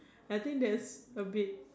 I think that's a Bin